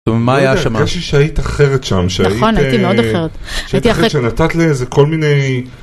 מה היה שם -הרגשתי שהיית אחרת שם, -נכון, הייתי מאוד אחרת -שנתת לאיזה כל מיני...